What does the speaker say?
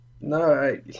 No